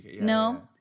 No